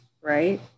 right